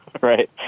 right